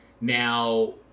now